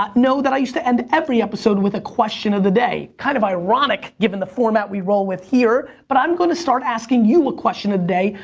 know that i used to end every episode with a question of the day. kind of ironic given the format we roll with here. but i'm gonna start asking you a question of the day,